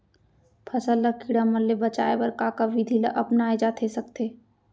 फसल ल कीड़ा मन ले बचाये बर का का विधि ल अपनाये जाथे सकथे?